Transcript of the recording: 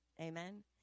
Amen